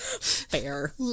Fair